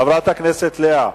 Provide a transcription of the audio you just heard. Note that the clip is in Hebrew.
חברת הכנסת לאה.